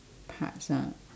parts ah